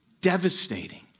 devastating